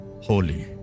holy